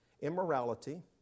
immorality